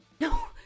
No